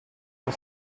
per